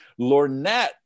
lornette